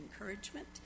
encouragement